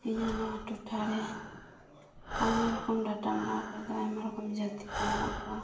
ᱤᱧᱟᱹᱜ ᱱᱚᱣᱟ ᱴᱚᱴᱷᱟᱨᱮ ᱟᱭᱢᱟ ᱨᱚᱠᱚᱢ ᱰᱟᱴᱟ ᱢᱮᱱᱟᱜ ᱠᱟᱫᱟ ᱟᱭᱢᱟ ᱨᱚᱠᱚᱢ ᱡᱟᱛᱤ ᱠᱚ ᱢᱮᱱᱟᱜ ᱠᱚᱣᱟ